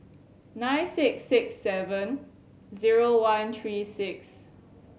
nine six six seven zero one three six